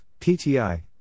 PTI